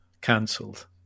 cancelled